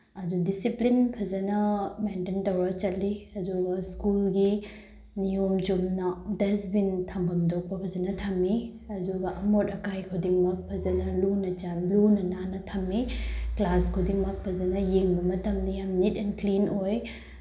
ꯑꯗꯨ ꯗꯤꯁꯤꯄ꯭ꯂꯤꯟ ꯐꯖꯅ ꯃꯦꯟꯇꯦꯟ ꯇꯧꯔꯒ ꯆꯠꯂꯤ ꯑꯗꯨꯒ ꯁ꯭ꯀꯨꯜꯒꯤ ꯅꯤꯌꯣꯝ ꯆꯨꯝꯅ ꯗꯁꯕꯤꯟ ꯊꯝꯐꯝ ꯊꯣꯛꯄꯒꯁꯤꯅ ꯊꯝꯃꯤ ꯑꯗꯨꯒ ꯑꯃꯣꯠ ꯑꯀꯥꯏ ꯈꯨꯗꯤꯡꯃꯛ ꯐꯖꯅ ꯂꯨꯅ ꯅꯥꯟꯅ ꯊꯝꯃꯤ ꯀ꯭ꯂꯥꯁ ꯈꯨꯗꯤꯡꯃꯛ ꯐꯖꯅ ꯌꯦꯡꯕ ꯃꯇꯝꯗ ꯌꯥꯝꯅ ꯅꯤꯠ ꯑꯦꯅ ꯀ꯭ꯂꯤꯟ ꯑꯣꯏ